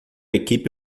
equipe